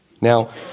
Now